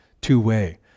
two-way